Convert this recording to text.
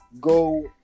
go